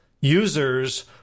users